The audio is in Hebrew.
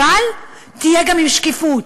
אבל תהיה גם עם שקיפות,